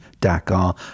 Dakar